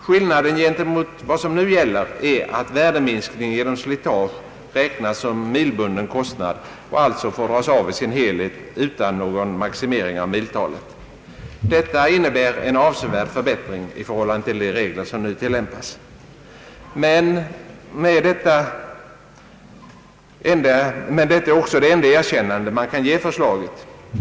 Skillnaden gentemot vad som nu gäller är att värdeminskning genom slitage räknas som milbunden kostnad och alltså får dras av i sin helhet utan någon maximering av miltalet. Detta innebär en avsevärd förbättring i förhållande till de regler som nu tillämpas. Men detta är också det enda erkännande man kan ge förslaget.